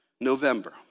November